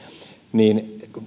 niin